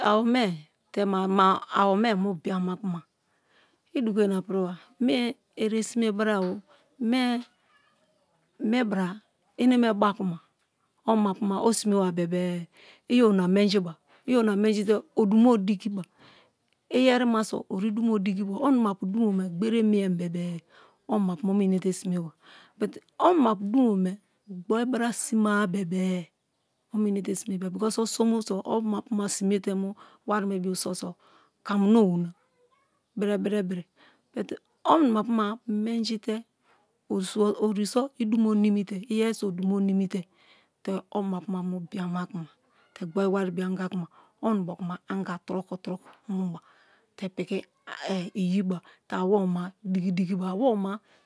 Awome te ma ma awo ome mu bi̠ana̠ ku̠ma i̠ du̠go īna pi̠ri̠ba mie ere si̠me bara-o mie mi bra eneme ba-a kuma onimapu ma osi̠me wa bebe-e i orina menjiba. i orina menji te odumo di̠ki̠ba i̠yeri̠ ma so ori-i dumo di̠ki̠ba onima pu dumo me gbere mie bebe-e ani̠ mapu ma o ene te simeba but animapu dumo me gboru bra sima-a bebe-e o i̠nate sime bia because osomu so oni̠ma puma si̠me te̠ wari̠ me bo so̠so̠ kamu na owu na bere bere bere o̠ ni̠ma-puma menji̠ ori̠so idumo ni̠mi̠ te̠ iyeriso odumo nimite te oni mapuma mu biama ku̠ma te gbor iwari bio anga kuma o ibokuma anga turoko turoko mu ba te̠ pi̠ki̠ iyiba te̠ awomema di̠ki̠-di̠ki̠ba awoma